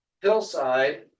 hillside